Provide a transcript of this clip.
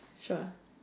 sure